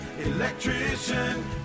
electrician